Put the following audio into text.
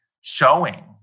showing